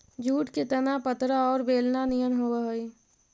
jute के तना पतरा औउर बेलना निअन होवऽ हई